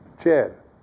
chair